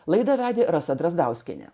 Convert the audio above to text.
laidą vedė rasa drazdauskienė